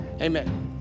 amen